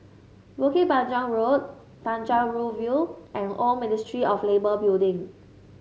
Bukit Panjang Road Tanjong Rhu View and Old Ministry of Labour Building